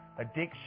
addiction